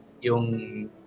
Yung